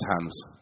hands